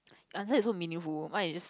answer is so meaningful mine is